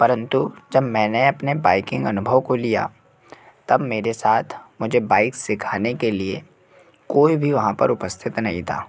परन्तु जब मैंने अपने बाइकिंग अनुभव को लिया तब मेरे साथ मुझे बाइक सिखाने के लिए कोई भी वहाँ पे उपस्थित नहीं था